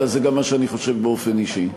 אלא זה גם מה שאני חושב באופן אישי.